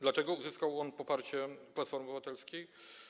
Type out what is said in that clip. Dlatego uzyskał on poparcie Platformy Obywatelskiej?